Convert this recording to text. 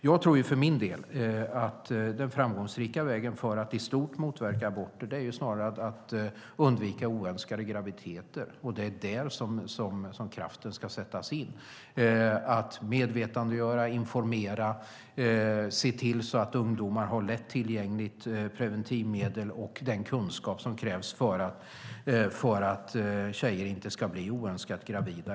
Jag tror för min del att den framgångsrika vägen för att i stort motverka aborter snarare är att undvika oönskade graviditeter. Det är där kraften ska sättas in. Det handlar om att medvetandegöra, informera och se till att ungdomar har preventivmedel lätt tillgängligt samt den kunskap som krävs för att tjejer inte ska bli oönskat gravida.